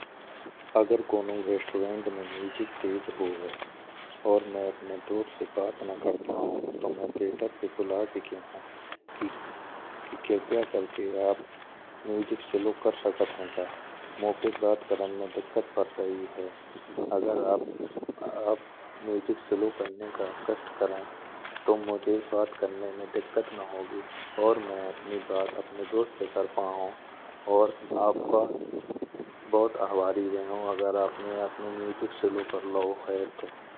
अगर कोणउ रेस्टोरेंट में म्यूजिक तेज होहे और मइ अपने दोस्त से बात ना कर पाओ तो मइ वेटर के बुला के कहो। कि कृपया करके आप म्यूजिक स्लो कर सकत हैं। क्या मोखे बात करण में दिक्कत पड़ रही है। अगर आप म्यूजिक स्लो करने का कष्ट करे तो मोझे बात करने में दिक्कत ना होगी। और मइ अपनी बात अपने दोस्त से कर पाओ और आपका बहुत आभारी रहो। अगर अपने आपनो म्यूजिक स्लो कर लाए हैं तो।